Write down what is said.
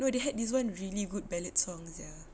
no they had this one really good ballad songs sia